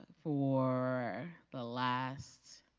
for the last